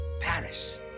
Paris